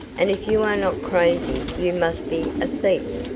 and if you are not crazy you must be a thief!